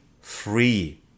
free